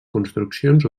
construccions